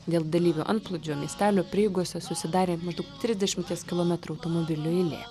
dėl dalyvių antplūdžio miestelio prieigose susidarė maždaug trisdešimties kilometrų automobilių eilė